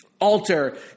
alter